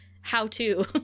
how-to